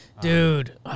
Dude